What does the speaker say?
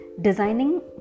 Designing